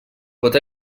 pot